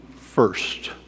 first